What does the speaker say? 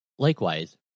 Likewise